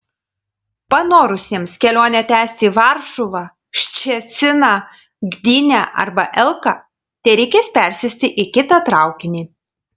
panorusiems kelionę tęsti į varšuvą ščeciną gdynę arba elką tereikės persėsti į kitą traukinį